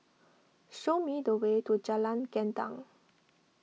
show me the way to Jalan Gendang